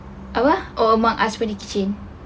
apa oh mak ask for the keychain